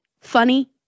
funny